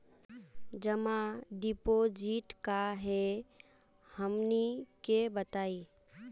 जमा डिपोजिट का हे हमनी के बताई?